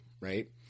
right